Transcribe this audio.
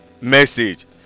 message